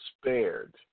spared